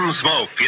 Smoke